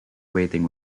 waiting